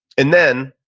and then,